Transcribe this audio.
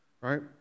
right